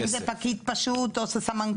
האם זה פקיד פשוט או סמנכ"ל?